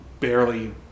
barely